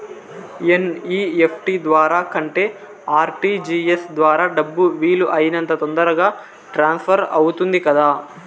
NEFT ద్వారా కంటే RTGS ద్వారా డబ్బు వీలు అయినంత తొందరగా ట్రాన్స్ఫర్ అవుతుంది కదా